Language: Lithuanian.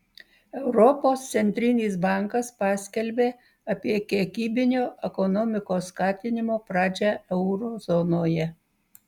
europos centrinis bankas paskelbė apie kiekybinio ekonomikos skatinimo pradžią euro zonoje